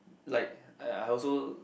like I I also